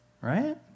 Right